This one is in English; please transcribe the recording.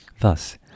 Thus